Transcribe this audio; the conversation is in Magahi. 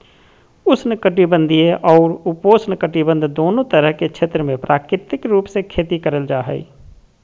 उष्ण कटिबंधीय अउर उपोष्णकटिबंध दोनो तरह के क्षेत्र मे प्राकृतिक रूप से खेती करल जा हई